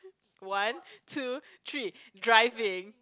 one two three driving